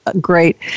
great